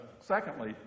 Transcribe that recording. Secondly